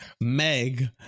Meg